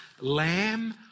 lamb